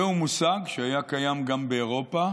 זהו מושג שהיה קיים גם באירופה